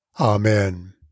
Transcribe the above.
Amen